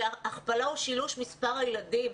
ולהכפלה ושילוש מספר הילדים.